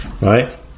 right